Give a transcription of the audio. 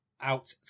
out